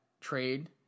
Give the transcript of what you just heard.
trade